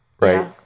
right